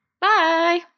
Bye